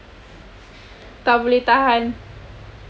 tak boleh tahan